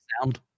sound